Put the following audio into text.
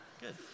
Good